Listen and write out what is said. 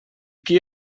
qui